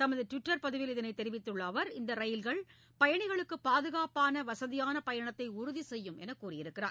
தமது டிவிட்டர் பதிவில் இதனை தெரிவித்துள்ள அவர் இந்த ரயில்கள் பயணிகளுக்கு பாதுகாப்பான வசதியான பயணத்தை உறுதி செய்யும் என்று கூறியுள்ளார்